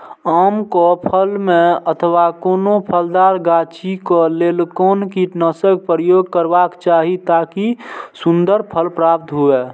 आम क फल में अथवा कोनो फलदार गाछि क लेल कोन कीटनाशक प्रयोग करबाक चाही ताकि सुन्दर फल प्राप्त हुऐ?